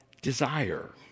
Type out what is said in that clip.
desire